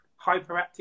hyperactive